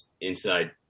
inside